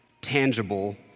tangible